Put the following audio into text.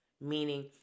meaning